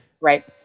right